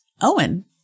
Owen